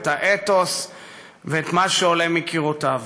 את האתוס ואת מה שעולה מקירותיו.